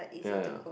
ya ya